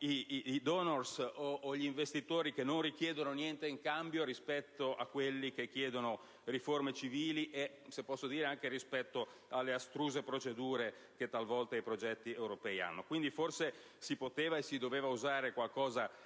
i *donors* o gli investitori che non chiedono niente in cambio, rispetto a quelli che chiedono riforme civili e, se posso dire, anche rispetto alle astruse procedure che talvolta i progetti europei prevedono. Forse, quindi, si poteva e si doveva usare qualcosa di un